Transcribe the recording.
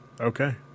Okay